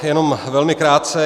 Jenom velmi krátce.